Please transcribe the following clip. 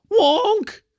Wonk